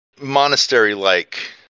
monastery-like